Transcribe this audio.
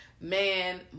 Man